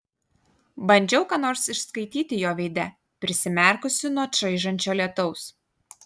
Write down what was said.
bandžiau ką nors išskaityti jo veide prisimerkusi nuo čaižančio lietaus